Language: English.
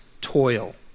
toil